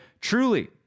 Truly